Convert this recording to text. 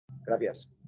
Gracias